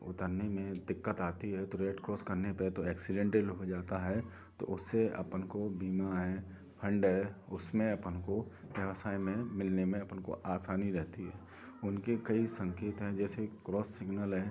उतरने में दिक्कत आती है तो रेड क्रॉस करने पर तो एक्सीडेंटल हो जाता है तो उससे अपन को बीमा है फंड है उसमें अपन को व्यवसाय में मिलने में अपन को आसानी रहती है उनके कई संकेत हैं जैसे क्रॉस सिग्नल है